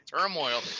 turmoil